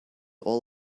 all